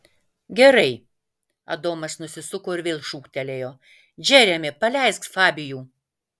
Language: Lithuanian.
gerai adomas nusisuko ir vėl šūktelėjo džeremi paleisk fabijų